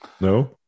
No